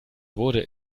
wurde